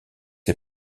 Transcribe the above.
les